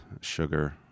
sugar